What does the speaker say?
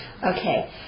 Okay